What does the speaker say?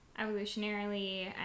evolutionarily